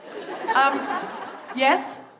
Yes